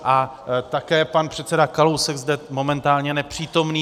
A také pan předseda Kalousek, zde momentálně nepřítomný.